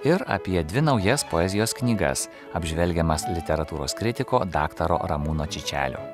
ir apie dvi naujas poezijos knygas apžvelgiamas literatūros kritiko daktaro ramūno čičelio